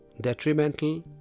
detrimental